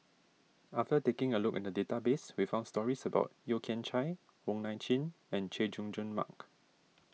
after taking a look at the database we found stories about Yeo Kian Chai Wong Nai Chin and Chay Jung Jun Mark